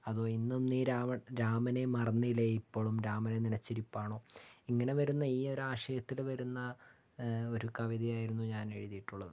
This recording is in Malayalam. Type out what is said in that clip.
അതോ ഇന്നും നീ രാവണ രാമനെ മറന്നില്ലെ ഇപ്പളും രാമനെ നിനച്ചിരിപ്പാണോ ഇങ്ങനെവരുന്ന ഈ ഒരു ആശയത്തില് വരുന്ന ഒരു കവിതയായിരുന്നു ഞാൻ എഴുതിയിട്ടുള്ളത്